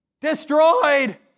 destroyed